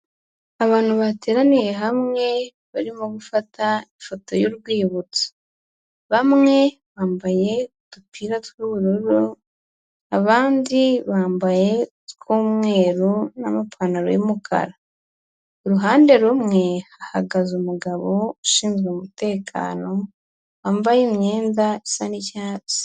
Abantu bateraniye hamwe barimo gufata ifoto y'urwibutso, bamwe bambaye udupira tw'ubururu, abandi bambaye utw'umweru n'amapantaro y'umukara, ku ruhande rumwe hahagaze umugabo ushinzwe umutekano, wambaye imyenda isa n'icyatsi.